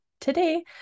today